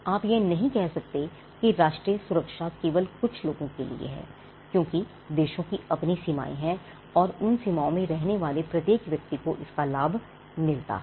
आप यह नहीं कह सकते कि राष्ट्रीय सुरक्षा केवल कुछ लोगों के लिए है क्योंकि देशों की अपनी सीमाएं हैं और उन सीमाओं में रहने वाले प्रत्येक व्यक्ति को इसका लाभ मिलता है